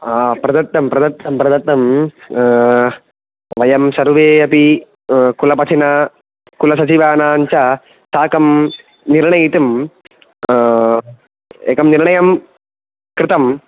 आ प्रदत्तं प्रदत्तं प्रदत्तं वयं सर्वे अपि कुलपतिना कुलसचिवानान् च साकं निर्णयितं एकं निर्णयं कृतं